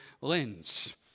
lens